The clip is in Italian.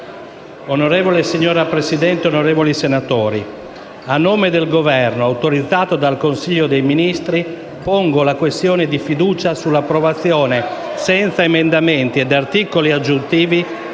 mare*. Signora Presidente, onorevoli senatori, a nome del Governo, autorizzato dal Consiglio dei ministri, pongo la questione di fiducia sull'approvazione, senza emendamenti e articoli aggiuntivi,